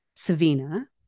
savina